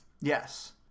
Yes